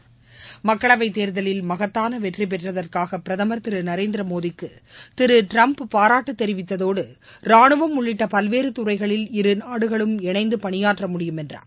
கேர்கலில் மக்களவைத் மகத்தான வெற்றி பெற்றதற்காக பிரகமர் திரு நரேந்திர மோடிக்கு திரு ட்ரம்ப் பாராட்டு தெரிவித்ததோடு ரானுவம் உள்ளிட்ட பல்வேறு துறைகளில் இருநாடுகளும் இணைந்து பணியாற்ற முடியும் என்றார்